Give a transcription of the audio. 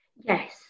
Yes